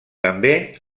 també